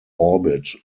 orbit